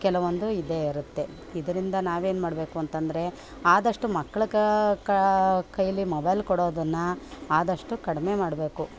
ಕೆಲವೊಂದು ಇದ್ದೇ ಇರುತ್ತೆ ಇದರಿಂದ ನಾವೇನು ಮಾಡಬೇಕು ಅಂತ ಅಂದ್ರೆ ಆದಷ್ಟು ಮಕ್ಕಳು ಕೈಲಿ ಮೊಬೈಲ್ ಕೊಡೋದನ್ನು ಆದಷ್ಟು ಕಡಿಮೆ ಮಾಡಬೇಕು